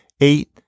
eight